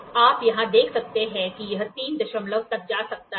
तो आप यहां देख सकते हैं कि यह तीन दशमलव तक जा सकता है